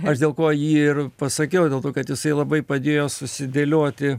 aš dėl ko jį ir pasakiau dėl to kad jisai labai padėjo susidėlioti